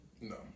No